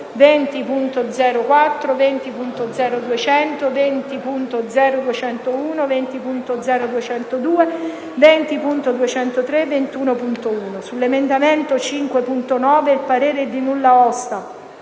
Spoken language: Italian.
20.0.4, 20.0.200, 20.0.201, 20.0.202, 20.0.203 e 21.1. Sull'emendamento 5.9, il parere è di nulla osta,